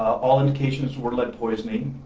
all indications were lead poisoning